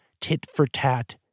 tit-for-tat